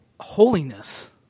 holiness